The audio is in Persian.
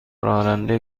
راننده